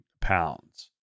pounds